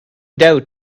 doubt